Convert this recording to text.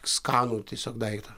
skanų tiesiog daiktą